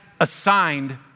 assigned